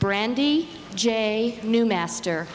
brandy j new master